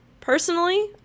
personally